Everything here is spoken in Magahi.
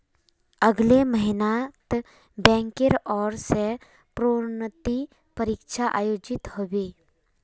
अगले महिनात बैंकेर ओर स प्रोन्नति परीक्षा आयोजित ह बे